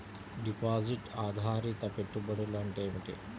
Deposit ఆధారిత పెట్టుబడులు అంటే ఏమిటి?